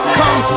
come